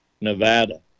Nevada